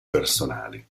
personali